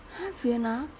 !huh! vienna